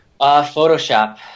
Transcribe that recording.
Photoshop